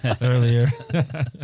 earlier